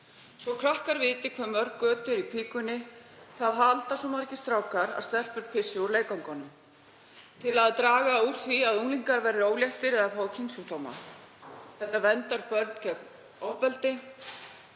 „Svo krakkar viti hve mörg göt eru í píkunni, það halda svo margir strákar að stelpur pissi úr leggöngunum. Til að draga úr því að unglingar verði óléttir eða fái kynsjúkdóma. Þetta verndar börn gegn ofbeldi.